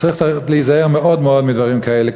וצריך להיזהר מאוד מאוד מדברים כאלה,